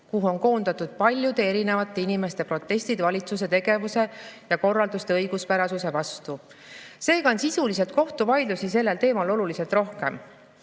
kuhu on koondatud paljude erinevate inimeste protestid valitsuse tegevuse ja korralduste õiguspärasuse vastu. Seega on sisuliselt kohtuvaidlusi sellel teemal oluliselt rohkem.